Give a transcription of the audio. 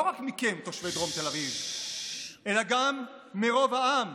לא רק מכם, תושבי דרום תל אביב, אלא גם מרוב העם,